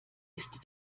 ist